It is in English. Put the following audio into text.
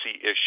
issue